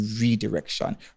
redirection